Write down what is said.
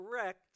correct